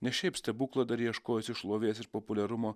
ne šiaip stebuklą dar ieškojusį šlovės ir populiarumo